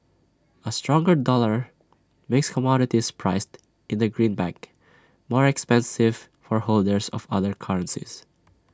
A stronger dollar makes commodities priced in the greenback more expensive for holders of other currencies